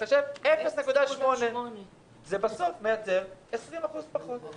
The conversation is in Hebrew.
לחשב 0.8. בסוף זה מייצר 20% פחות.